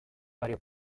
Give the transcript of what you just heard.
varios